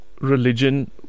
religion